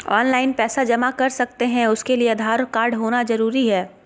Online पैसा जमा कर सकते हैं उसके लिए आधार कार्ड होना जरूरी है?